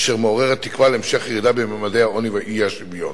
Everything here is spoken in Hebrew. אשר מעוררת תקווה להמשך ירידה בממדי העוני והאי-שוויון.